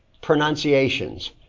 pronunciations